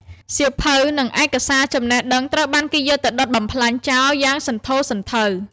សៀវភៅ និងឯកសារចំណេះដឹងត្រូវបានគេយកទៅដុតបំផ្លាញចោលយ៉ាងសន្ធោសន្ធៅ។